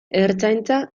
ertzaintza